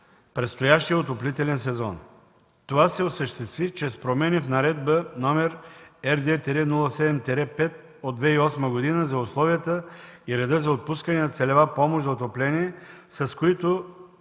предстоящия отоплителен сезон. Това се осъществи чрез промени в Наредба № РД-07-5 от 2008 г. за условията и реда за отпускане на целева помощ за отопление, с които